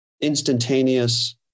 instantaneous